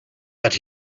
but